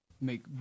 make